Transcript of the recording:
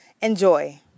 Enjoy